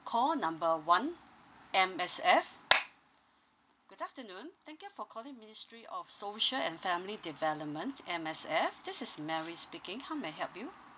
call number one M_S_F good afternoon thank you for calling ministry of social and family development M_S_F this is mary speaking how may I help you